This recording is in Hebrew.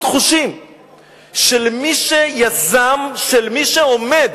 של מי שיזם, של מי שעומד